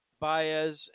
Baez